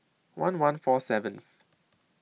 one one four seventh